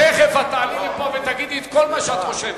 תיכף את תעלי הנה ותגידי את כל מה שאת חושבת.